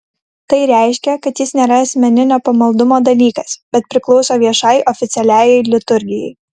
tai reiškia kad jis nėra asmeninio pamaldumo dalykas bet priklauso viešai oficialiajai liturgijai